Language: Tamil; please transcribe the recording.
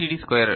டி ஸ்கொயரர்